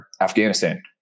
Afghanistan